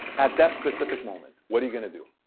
at that specific moment, what are you going to do?